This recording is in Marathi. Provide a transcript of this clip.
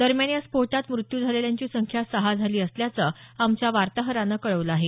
दरम्यान या स्फोटात मृत्यू झालेल्यांची संख्या सहा झाली असल्याचं आमच्या वार्ताहरानं कळवलं आहे